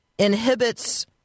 inhibits